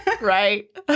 Right